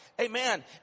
Amen